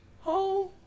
Home